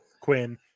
Quinn